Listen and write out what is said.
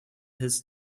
his